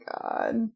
God